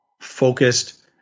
focused